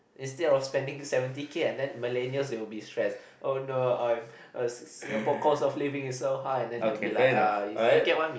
instead of spending seventy K and then millennials will be stress oh no I'm uh Singapore cost of living is so high and then they will be like uh you get what I mean